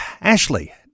Ashley